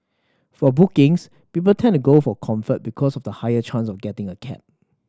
for bookings people tend to go for Comfort because of the higher chance of getting a cab